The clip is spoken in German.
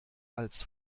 als